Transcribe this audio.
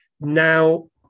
Now